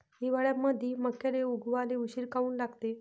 हिवाळ्यामंदी मक्याले उगवाले उशीर काऊन लागते?